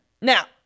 Now